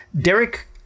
Derek